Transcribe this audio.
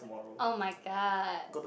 [oh]-my-god